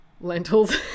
lentils